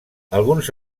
alguns